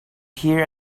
here